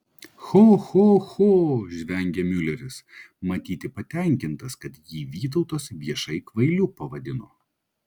cho cho cho žvengė miuleris matyti patenkintas kad jį vytautas viešai kvailiu pavadino